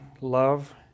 love